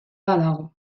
badago